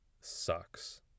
sucks